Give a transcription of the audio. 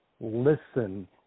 listen